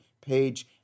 page